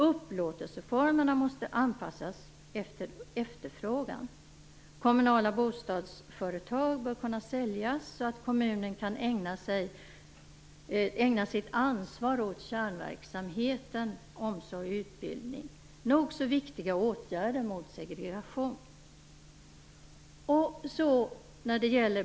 Upplåtelseformerna måste anpassas till efterfrågan. Kommunala bostadsföretag bör kunna säljas, så att kommunen kan ägna sitt ansvar åt kärnverksamheten omsorg och utbildning - nog så viktiga åtgärder mot segregation.